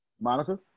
Monica